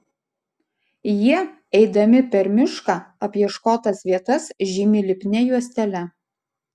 jie eidami per mišką apieškotas vietas žymi lipnia juostele